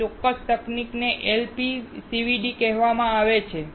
આ ચોક્કસ તકનીકને LPCVD પણ કહેવામાં આવે છે